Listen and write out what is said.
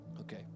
Okay